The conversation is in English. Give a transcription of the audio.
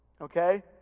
Okay